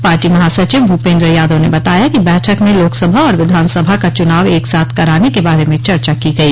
party महासचिव भूपेन्द्र यादव ने बताया कि बैठक में लोकसभा और विधानसभा का चुनाव एकसाथ कराने के बारे में चर्चा की गई